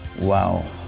Wow